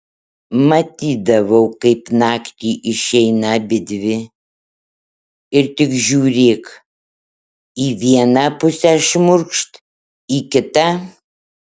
matydavau kaip naktį išeina abidvi ir tik žiūrėk į vieną pusę šmurkšt į kitą